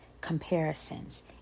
comparisons